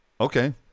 Okay